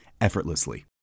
effortlessly